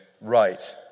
right